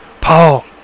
Paul